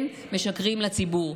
כן, משקרים לציבור.